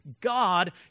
God